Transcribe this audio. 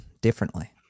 differently